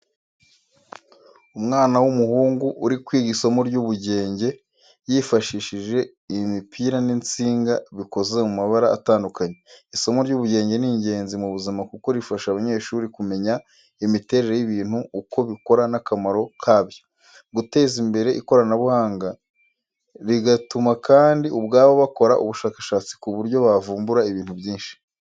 Umwana w'umuhungu uri kwiga isomo ry'ubugenge yifashishije imipira n'insinga bikoze mu mabara atandukanye. Isomo ry'ubugenge ni ingenzi mu buzima kuko rifasha abanyeshuri kumenya imiterere y’ibintu, uko bikora n'akamaro kabyo, guteza imbere ikoranabuhanga, rigatuma kandi ubwabo bakora ubushakashatsi ku buryo bavumbura ibintu byinshi.